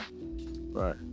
Right